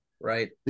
Right